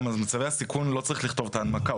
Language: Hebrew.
במצבי הסיכון הוא לא צריך לכתוב את ההנמקה,